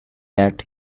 that